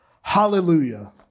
Hallelujah